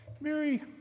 Mary